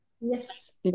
yes